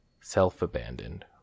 Self-abandoned